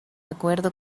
acuerdo